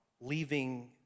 leaving